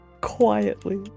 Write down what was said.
Quietly